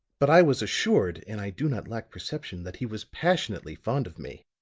but i was assured, and i do not lack perception, that he was passionately fond of me.